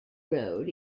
road